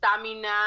stamina